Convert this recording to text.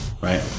right